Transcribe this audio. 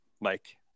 Mike